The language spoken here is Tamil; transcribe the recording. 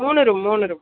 மூணு ரூம் மூணு ரூம்